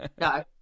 No